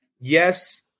yes